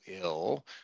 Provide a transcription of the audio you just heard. ill